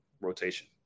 rotation